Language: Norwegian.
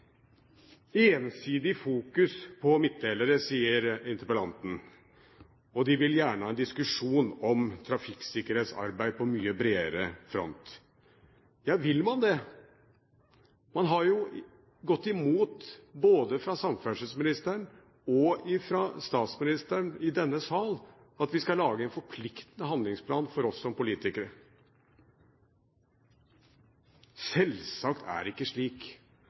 Ensidig fokus på midtdelere, sier interpellanten, og de vil gjerne ha en diskusjon om trafikksikkerhetsarbeid på mye bredere front. Ja, vil man det? Man har jo gått imot både fra samferdselsministerens og statsministerens side i denne sal at vi skal lage en forpliktende handlingsplan for oss som politikere. Selvsagt er det ikke slik